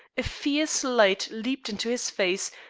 a fierce light leaped into his face,